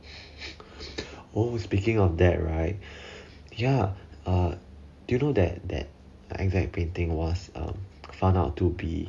oh speaking of that right ya uh do you know that that exact painting was found out to be